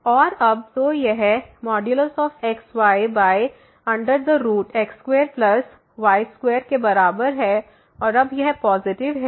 और अब तो यह xyx2 केy2 के बराबर है और अब यह पॉसिटिव है